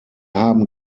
haben